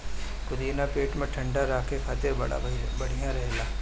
पुदीना पेट के ठंडा राखे खातिर बड़ा बढ़िया रहेला